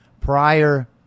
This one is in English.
Prior